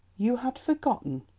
you had forgotten,